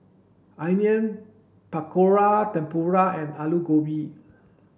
Onion Pakora Tempura and Alu Gobi